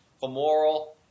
femoral